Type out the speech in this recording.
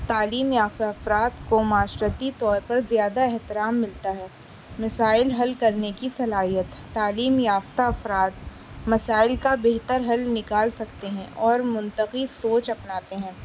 تعلیم یافتہ افراد کو معاشرتی طور پر زیادہ احترام ملتا ہے مسائل حل کرنے کی صلاحیت تعلیم یافتہ افراد مسائل کا بہتر حل نکال سکتے ہیں اور منطقی سوچ اپناتے ہیں